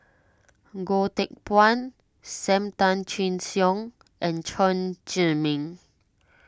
Goh Teck Phuan Sam Tan Chin Siong and Chen Zhiming